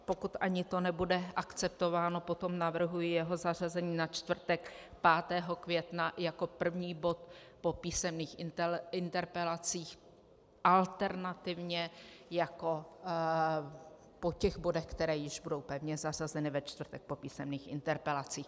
Pokud ani to nebude akceptováno, potom navrhuji jeho zařazení na čtvrtek 5. května jako první bod po písemných interpelacích, alternativně po těch bodech, které již budou pevně zařazeny ve čtvrtek po písemných interpelacích.